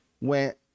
went